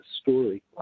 story